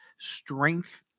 strength